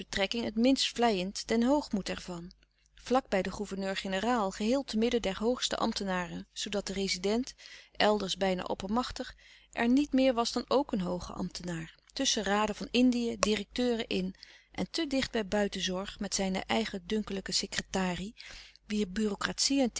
het minst vleiend den hoogmoed ervan vlak bij den gouverneurlouis couperus de stille kracht generaal geheel te midden der hoogste ambtenaren zoodat de rezident elders bijna oppermachtig er niet meer was dan ook een hooge ambtenaar tusschen raden van indië directeuren in en te dicht bij buitenzorg met zijne eigendunkele secretarie wier bureaucratie en